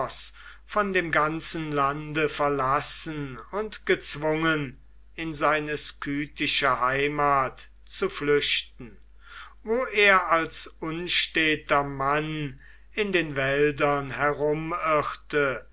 von dem ganzen lande verlassen und gezwungen in seine skythische heimat zu flüchten wo er als unsteter mann in den wäldern